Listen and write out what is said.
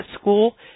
school